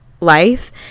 life